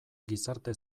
gizarte